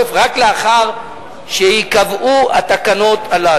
כך קבענו שהוראות הפרק הזה ייכנסו לתוקף רק לאחר שייקבעו התקנות הללו.